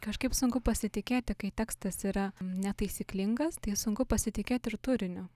kažkaip sunku pasitikėti kai tekstas yra netaisyklingas tai sunku pasitikėt ir turiniu